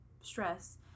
stress